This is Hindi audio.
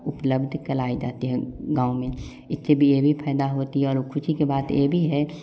उपलब्ध कराई जाती है गाँव में इसे भी ये भी फ़ायदा होती है और खुशी के बात ये भी है